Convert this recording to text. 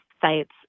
sites